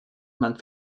man